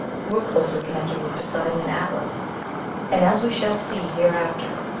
who were closely connected with poseidon and atlas and, as we shall see hereafter,